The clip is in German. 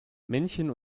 männchen